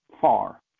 far